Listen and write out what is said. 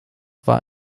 war